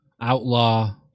outlaw